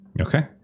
Okay